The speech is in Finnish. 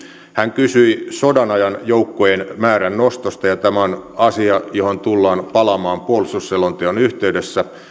hän kysyi sodanajan joukkojen määrän nostosta ja tämä on asia johon tullaan palaamaan puolustusselonteon yhteydessä